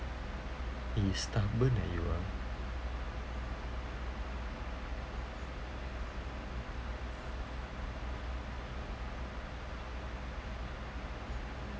eh stubborn leh you uh